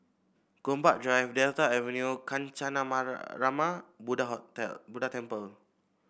Gombak Drive Delta Avenue Kancanarama Buddlha Hotel Buddha Temple